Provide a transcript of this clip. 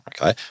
Okay